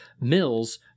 Mills